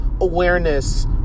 awareness